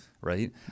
Right